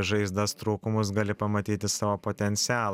žaizdas trūkumus gali pamatyti savo potencialą